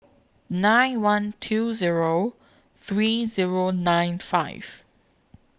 nine one two Zero three Zero nine five